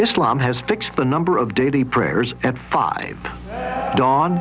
islam has fixed the number of daily prayers at five dawn